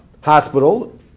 hospital